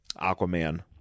Aquaman